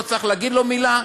לא צריך להגיד לו מילה?